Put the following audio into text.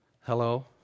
Hello